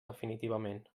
definitivament